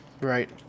Right